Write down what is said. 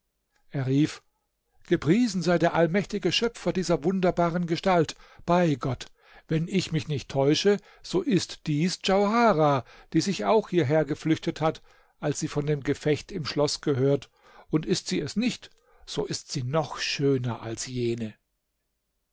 er rief gepriesen sei der allmächtige schöpfer dieser wunderbaren gestalt bei gott wenn ich mich nicht täusche so ist dies djauharah die sich auch hierher geflüchtet hat als sie von dem gefecht im schloß gehört und ist sie es nicht so ist sie noch schöner als jene